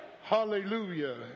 Hallelujah